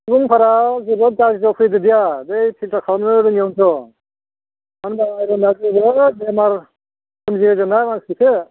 सुबुंफोरा जोबोद गाज्रियाव फैदोंदिया बे फिलटार खालामनो रोङैयावनोथ' जोबोद बेमार सोमजिहोदोंना मानसिखौसो